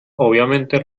obviamente